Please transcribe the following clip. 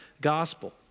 gospel